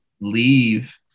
leave